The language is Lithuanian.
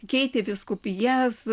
keitė vyskupijas